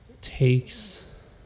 takes